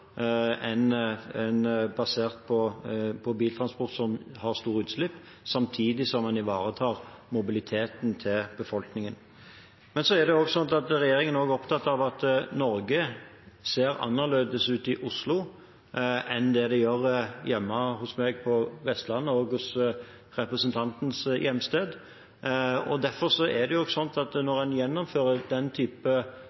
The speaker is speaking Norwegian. basert på biltransport – som har store utslipp – samtidig som en ivaretar mobiliteten til befolkningen. Men regjeringen er også opptatt av at Norge ser annerledes ut i Oslo enn hjemme hos meg på Vestlandet og på representantens hjemsted. Derfor er det også slik at når en gjennomfører den typen grønt skifte som vi er enige om, og